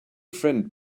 friend